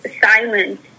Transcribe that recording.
silence